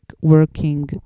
working